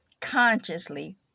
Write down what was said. consciously